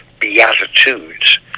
beatitudes